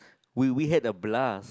we we had a blast